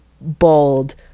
bold